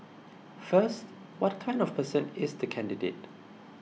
first what kind of person is the candidate